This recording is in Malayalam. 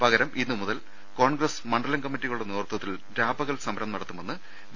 പകരം ഇന്നുമുതൽ കോൺഗ്രസ് മണ്ഡലം കമ്മിറ്റി കളുടെ നേതൃത്വത്തിൽ രാപകൽ സമരം നടത്തുമെന്ന് ഡി